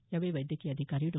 यावेळी वैद्यकीय अधिकारी डॉ